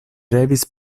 revis